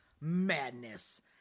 madness